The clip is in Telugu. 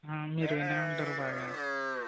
మీరు వినే ఉంటారు బాగా